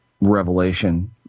revelation